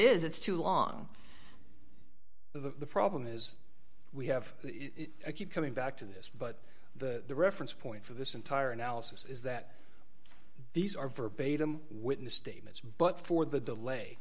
is it's too long the problem is we have to keep coming back to this but the reference point for this entire analysis is that these are verbatim witness statements but for the delay